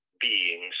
beings